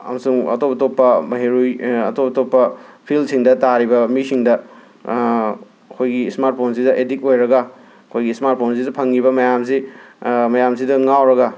ꯑꯃꯁꯨꯡ ꯑꯇꯣꯞ ꯑꯇꯣꯞꯄ ꯃꯍꯩꯔꯣꯏ ꯑꯇꯣꯞ ꯑꯇꯣꯞꯄ ꯐꯤꯜꯁꯤꯡꯗ ꯇꯥꯔꯤꯕ ꯃꯤꯁꯤꯡꯗ ꯑꯩꯈꯣꯏꯒꯤ ꯁ꯭ꯃꯥꯔꯠꯐꯣꯟꯁꯤꯗ ꯑꯦꯗꯤꯛ ꯑꯣꯏꯔꯒ ꯑꯩꯈꯣꯏꯒꯤ ꯁ꯭ꯃꯥꯔꯠ ꯐꯣꯟꯁꯤꯗ ꯐꯪꯉꯤꯕ ꯃꯌꯥꯝꯁꯤ ꯃꯌꯥꯝꯁꯤꯗ ꯉꯥꯎꯔꯒ